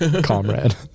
comrade